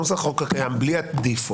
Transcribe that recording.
נוסח החוק הקיים בלי הדיפולט,